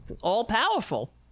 all-powerful